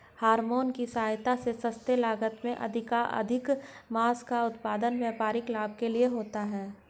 hormone की सहायता से सस्ते लागत में अधिकाधिक माँस का उत्पादन व्यापारिक लाभ के लिए होता है